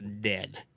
dead